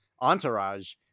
entourage